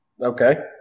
Okay